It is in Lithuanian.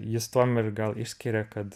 jis tuom ir gal išskiria kad